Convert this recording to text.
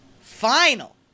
final